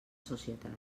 societat